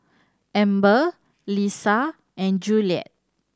Amber Leesa and Juliet